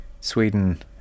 Sweden